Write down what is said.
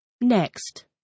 Next